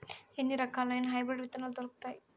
ఎన్ని రకాలయిన హైబ్రిడ్ విత్తనాలు దొరుకుతాయి?